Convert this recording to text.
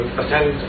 attend